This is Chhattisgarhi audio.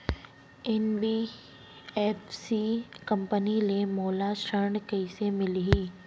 एन.बी.एफ.सी कंपनी ले मोला ऋण कइसे मिलही?